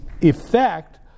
effect